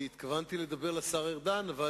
התכוונתי לדבר אל השר ארדן אבל